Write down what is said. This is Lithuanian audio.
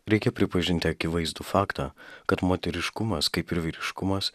reikia pripažinti akivaizdų faktą kad moteriškumas kaip ir vyriškumas